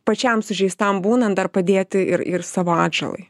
pačiam sužeistam būnan ar padėti ir ir savo atžalai